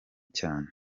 cyane